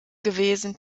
gewesen